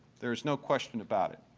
there is no question about it.